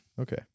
Okay